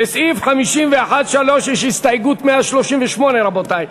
לסעיף 51(3) יש הסתייגות 138, רבותי.